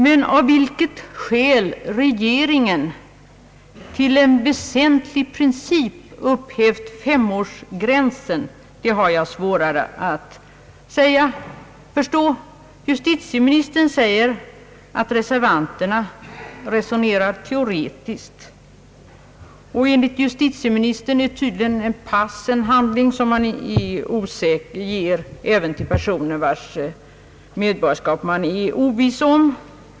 Men av vilket skäl regeringen till en väsentlig princip upphöjt femårsgränsen har jag svårare att förstå. Justitieministern säger att reservanterna resonerar teoretiskt. Enligt justitieministern är tydligen pass en handling som man ger även till personer vilkas medborgarskap man är oviss om.